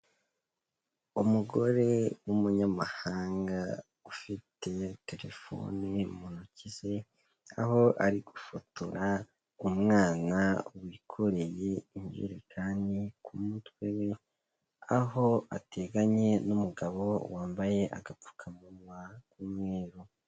Umugore w'umunyamahanga ufite terefone mu ntoki ze, aho ari gufotora umwana wikoreye injerekani ku mutwe we, aho ateganye n'umugabo wambaye agapfukamunwa k'umweru.